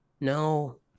No